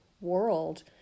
world